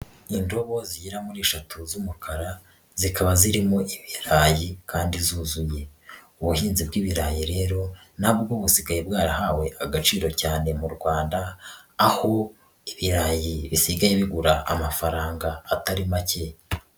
Indobo zigera muri eshatu z'umukara zikaba zirimo ibirayi kandi zuzuye, ubuhinzi bw'ibirayi rero na bwo busigaye bwarahawe agaciro cyane mu Rwanda, aho ibirayi bisigaye bigura amafaranga atari make.